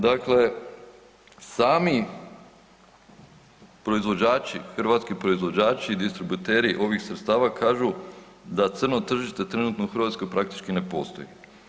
Dakle, sami proizvođači, hrvatski proizvođači, distributeri ovih sredstava kažu da crno tržište trenutno u Hrvatskoj praktički ne postoji.